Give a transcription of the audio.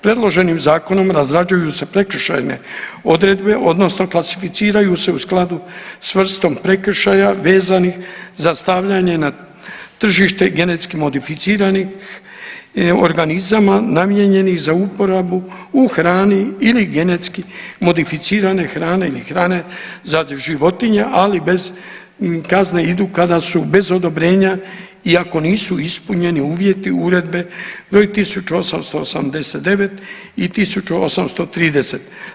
Predloženim zakonom razrađuju se prekršajne odredbe odnosno klasificiraju se u skladu s vrstom prekršaja vezanih za stavljanje na tržište genetski modificiranih organizama namijenjenih za uporabu u hrani ili genetski modificirane hrane i hrane za životinje ali bez kazne idu kada su bez odobrenja iako nisu ispunjeni uvjeti Uredbe broj 1889 i 1830.